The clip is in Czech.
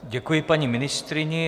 Děkuji paní ministryni.